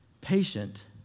Patient